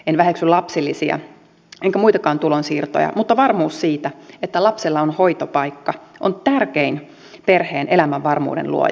en väheksy lapsilisiä enkä muitakaan tulonsiirtoja mutta varmuus siitä että lapsella on hoitopaikka on tärkein perheen elämänvarmuuden luoja